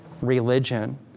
religion